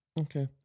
Okay